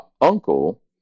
uncle